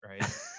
right